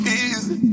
easy